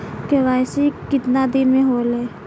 KYC कितना दिन में होले?